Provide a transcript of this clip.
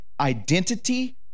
identity